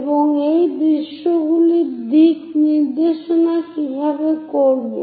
এবং এই দৃশ্যগুলো দিকনির্দেশনা কিভাবে করব